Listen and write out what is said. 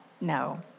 No